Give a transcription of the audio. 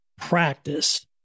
practice